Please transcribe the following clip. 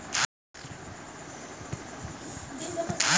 एक बरिस में हामार पइसा लौटा देबऽ त तोहरा के कर्जा दे देम